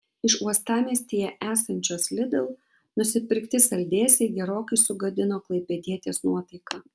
iš uostamiestyje esančios lidl nusipirkti saldėsiai gerokai sugadino klaipėdietės nuotaiką